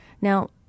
now